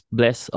bless